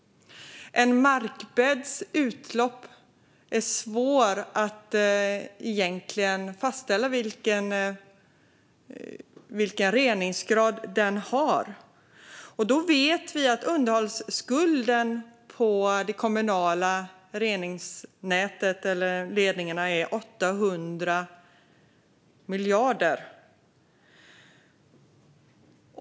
Det är svårt att fastställa vilken reningsgrad en markbädds utlopp har. Vi vet att underhållsskulden på de kommunala ledningarna är 800 miljarder.